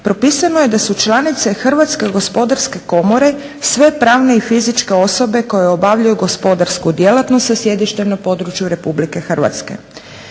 propisano je da su članice Hrvatske gospodarske komore sve pravne i fizičke osobe koje obavljaju gospodarsku djelatnost sa sjedištem na području Republike Hrvatske.